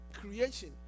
creation